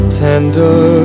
tender